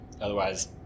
otherwise